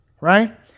right